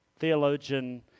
Theologian